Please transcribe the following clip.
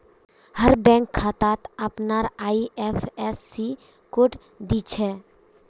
हर bank खातात अपनार IFSC code दि छे